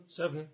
Seven